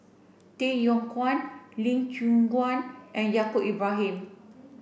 Tay Yong Kwang Lee Choon Guan and Yaacob Ibrahim